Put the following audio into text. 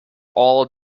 all